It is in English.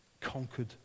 Conquered